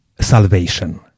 salvation